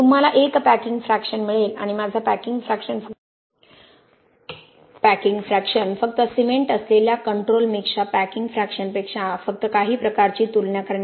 तुम्हाला एक packing fraction मिळेल आणि माझा पॅकिंग फ्रॅकशन फक्त सिमेंट असलेल्या कंट्रोल मिक्सच्या पॅकिंग फ्रॅकशन पेक्षा फक्त काही प्रकारची तुलना करण्यासाठी